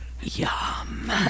yum